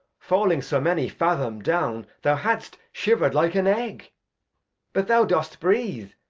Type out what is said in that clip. falling so many fathom down. thou hadst shiver'd like an egg but thou dost breathe.